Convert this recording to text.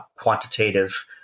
quantitative